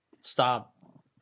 stop